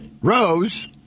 Rose